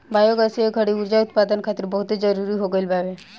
biogas ए घड़ी उर्जा उत्पदान खातिर बहुते जरुरी हो गईल बावे